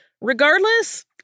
Regardless